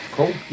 Cool